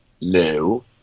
No